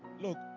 look